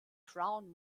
crown